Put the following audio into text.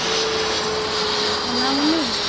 Sonamuni